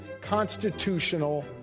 constitutional